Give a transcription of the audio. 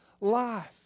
Life